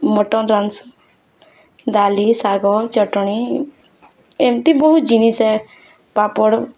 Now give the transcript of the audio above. mutton ରାନ୍ଧ୍ସିଁ ଡ଼ାଲି ଶାଗ ଚଟଣି ଏମ୍ତି ବହୁତ୍ ଜିନିଷ୍ ହେ ପାପଡ଼୍